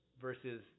Versus